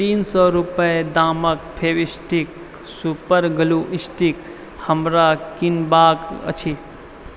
तीन सए रूपैआ दामक फेविस्टिक सुपर ग्लू स्टीक हमरा किनबाक अछि